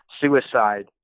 suicide